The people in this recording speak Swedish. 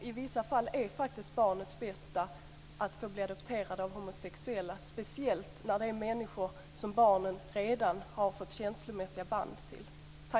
I vissa fall är barnets bästa att få bli adopterad av homosexuella, speciellt när det är människor som barnet redan har fått känslomässiga band till. Tack.